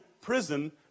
prison